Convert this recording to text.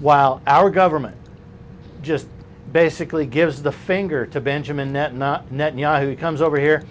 while our government just basically gives the finger to benjamin that not netanyahu comes over here